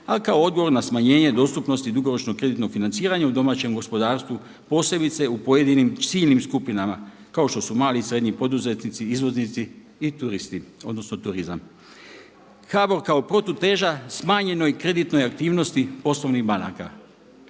a kao odgovor na smanjenje dostupnosti dugoročno kreditnog financiranja u domaćem gospodarstvu posebice u pojedinim ciljanim skupinama kao što su mali i srednji poduzetnici, izvoznici i turisti, odnosno turizam. HBOR kao protuteža smanjenoj kreditnoj aktivnosti poslovnih banaka,